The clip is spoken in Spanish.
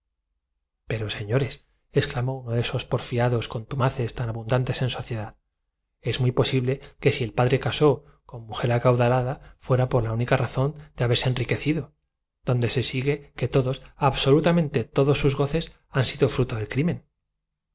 pero señoresexclamó uno de esos porfiados contumaces tan dije y mostré a la concurrencia la invitación siguiente que saqué abundantes en sociedad es muy posible que si el de mi cartera padre casó con mujer acaudalada fuera por la única razón de haberse ruego a usted se sirva asistir al cortejo oficio divino y entierro de donde enriquecido se sigue que todos absolutamente todos don juan federico taillefer de la casa taillefer y c exasentissus goces han sido fruto del crimen